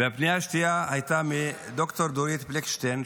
והפנייה השנייה הייתה מד"ר דורית בליקשטיין,